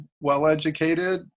Well-educated